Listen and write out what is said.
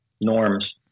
norms